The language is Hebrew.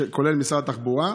כולל משרד התחבורה.